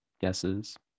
guesses